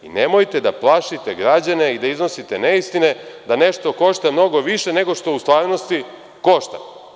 Nemojte da plašite građane i da iznosite neistine da nešto košta mnogo više nego što u stvarnosti košta.